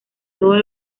todo